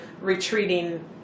retreating